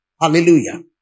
Hallelujah